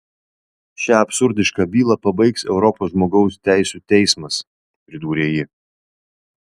šią absurdišką bylą pabaigs europos žmogaus teisių teismas pridūrė ji